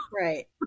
right